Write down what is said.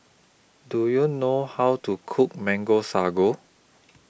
Do YOU know How to Cook Mango Sago